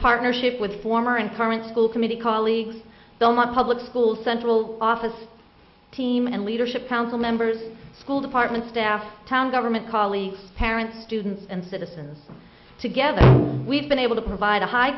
partnership with former and current school committee colleagues so my public school central office team and leadership council members school department staff town government colleagues parents students and citizens together we have been able to provide a high